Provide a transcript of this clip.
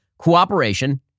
cooperation